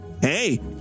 Hey